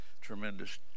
tremendous